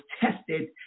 tested